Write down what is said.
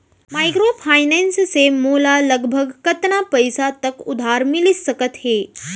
Microfinance से मोला लगभग कतना पइसा तक उधार मिलिस सकत हे?